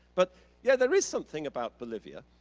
but yeah, there is something about bolivia,